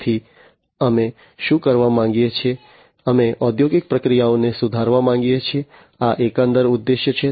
તેથી અમે શું કરવા માંગીએ છીએ અમે ઔદ્યોગિક પ્રક્રિયાઓને સુધારવા માંગીએ છીએ આ એકંદર ઉદ્દેશ્ય છે